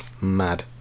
mad